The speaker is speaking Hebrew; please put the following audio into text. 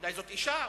אולי זאת אשה,